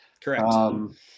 Correct